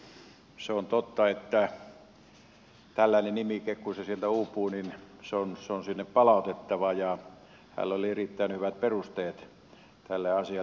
se on totta että kun tällainen nimike sieltä uupuu niin se on sinne palautettava ja hänellä oli erittäin hyvät perusteet tälle asialle